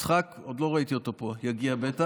יצחק, עוד לא ראיתי אותו פה, בטח יגיע,